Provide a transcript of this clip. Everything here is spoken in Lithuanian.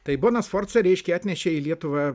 tai bona sforza reiškia atnešė į lietuvą